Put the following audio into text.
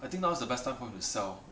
I think now is the best time for him to sell